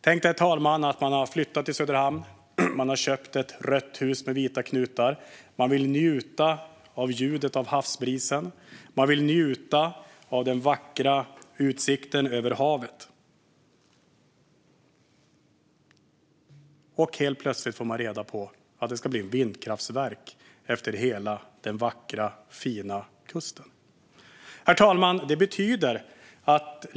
Tänk att man har flyttat till Söderhamn och har köpt ett rött hus med vita knutar för att man vill njuta av ljudet från havet och av den vackra utsikten över havet. Helt plötsligt får man reda på att det ska byggas vindkraftverk efter hela den vackra kusten. Herr talman!